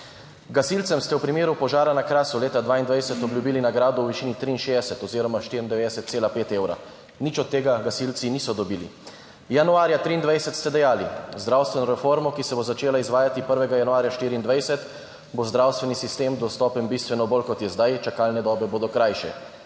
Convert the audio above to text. Gasilcem ste v primeru požara na Krasu leta 2022 obljubili nagrado v višini 63 oziroma 94,5 evra. Nič od tega gasilci niso dobili. Januarja 2023 ste dejali: »Z zdravstveno reformo, ki se bo začela izvajati 1. januarja 2024, bo zdravstveni sistem dostopen bistveno bolj, kot je zdaj, čakalne dobe bodo krajše.«